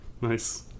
Nice